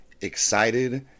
excited